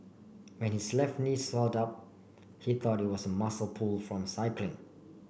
when his left knee swelled up he thought it was a muscle pull from cycling